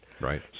Right